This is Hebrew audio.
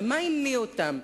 ומה הניע אותם?